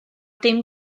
dim